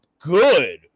good